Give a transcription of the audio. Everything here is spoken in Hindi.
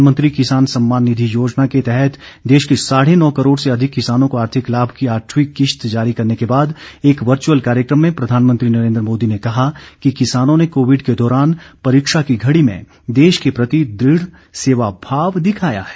प्रधानमंत्री किसान सम्मान निधि योजना के तहत देश के साढ़े नौ करोड़ से अधिक किसानों को आर्थिक लाभ की आठवीं किस्त जारी करने के बाद एक वर्च्अल कार्यक्रम में प्रधानमंत्री नरेन्द्र मोदी ने कहा कि किसानों ने कोविड के दौरान परीक्षा की घड़ी में देश के प्रति दृढ़ सेवा भाव दिखाया है